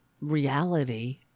reality